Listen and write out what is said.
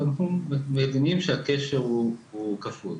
אנחנו מבינים שהקשר הוא כפול.